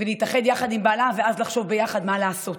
ולהתאחד עם בעלה, ואז לחשוב ביחד מה לעשות.